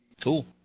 Cool